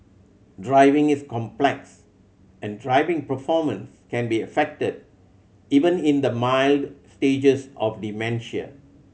driving is complex and driving performance can be affected even in the mild stages of dementia